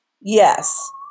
Yes